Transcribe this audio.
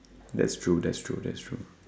that's true that's true that's true